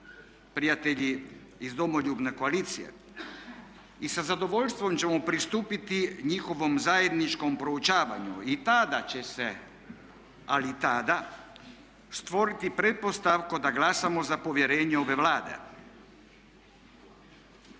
prijatelji iz Domoljubne koalicije. I sa zadovoljstvom ćemo pristupiti njihovom zajedničkom proučavanju. I tada će se, ali tada, stvoriti pretpostavka da glasamo za povjerenje ove Vlade.